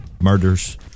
murders